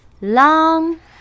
Long